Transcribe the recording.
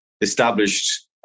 established